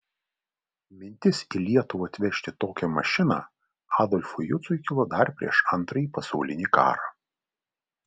mintis į lietuvą atvežti tokią mašiną adolfui juciui kilo dar prieš antrąjį pasaulinį karą